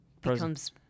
becomes